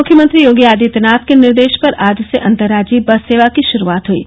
मुख्यमंत्री योगी आदित्यनाथ के निर्देश पर आज से अन्तर्राज्यीय बस सेवा की श्रूआत हयी